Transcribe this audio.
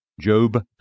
Job